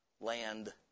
land